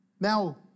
Now